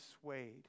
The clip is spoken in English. swayed